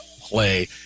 play